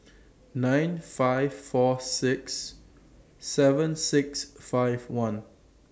nine five four six seven six five one